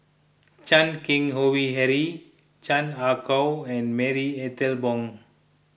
Chan Keng Howe Harry Chan Ah Kow and Marie Ethel Bong